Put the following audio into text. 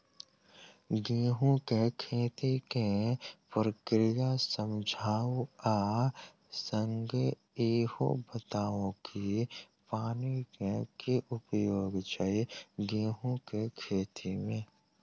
गेंहूँ केँ खेती केँ प्रक्रिया समझाउ आ संगे ईहो बताउ की पानि केँ की उपयोग छै गेंहूँ केँ खेती में?